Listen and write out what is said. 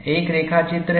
एक रेखाचित्र है